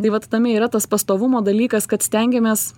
tai vat tame yra tas pastovumo dalykas kad stengiamės